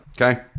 okay